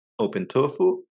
OpenTofu